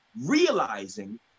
Realizing